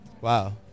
Wow